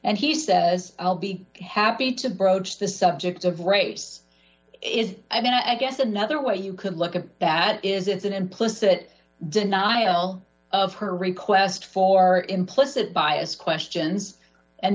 and she says i'll be happy to broach the subject of race is i don't i guess another way you could look at that is it's an implicit denial of her request for implicit bias questions and